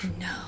No